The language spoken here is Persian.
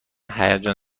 هیجان